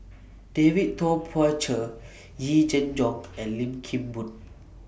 David Tay Poey Cher Yee Jenn Jong and Lim Kim Boon